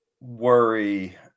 worry